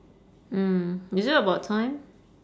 mm is it about time